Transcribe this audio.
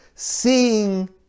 Seeing